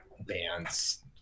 bands